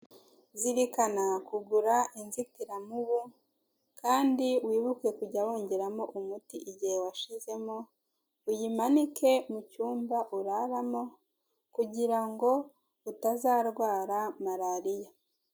Zirikana kugura inzitiramubu, kandi wibuke kujya wongeramo umuti igihe washizemo, uyimanike mu cyumba uraramo kugira ngo utazarwara malariya.